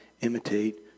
imitate